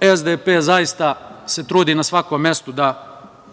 SDP zaista trudi na svakom mestu da